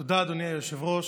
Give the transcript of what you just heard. תודה, אדוני היושב-ראש.